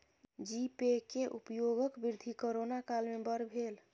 जी Pay के उपयोगक वृद्धि कोरोना काल में बड़ भेल